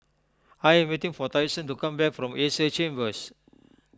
I am waiting for Tyson to come back from Asia Chambers